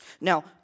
Now